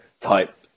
type